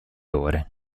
ore